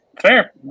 Fair